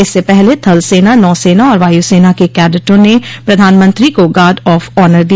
इससे पहले थलसेना नौसेना और वायुसेना के कैडटों ने प्रधानमंत्री को गार्ड ऑफ ऑनर दिया